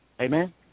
Amen